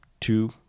two